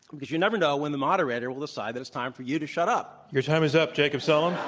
because you never know when the moderator will decide that it's time for you to shut up. your time is up, jacob sullum.